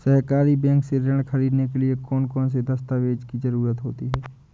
सहकारी बैंक से ऋण ख़रीदने के लिए कौन कौन से दस्तावेजों की ज़रुरत होती है?